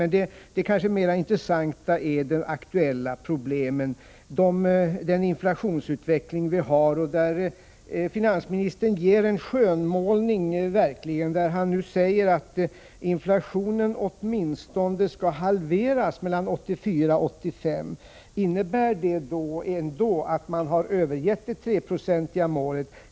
Nu får vi dock koncentrera oss på de aktuella problemen och först och främst den inflationsutveckling som vi har. Finansministern ger verkligen en skönmålning när han säger att inflationen åtminstone skall halveras mellan 1984 och 1985. Innebär det att han har övergett målet på 3 26?